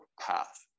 path